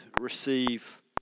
receive